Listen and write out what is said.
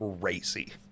crazy